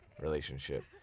relationship